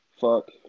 Fuck